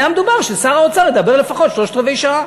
היה מדובר ששר האוצר ידבר לפחות שלושת-רבעי שעה,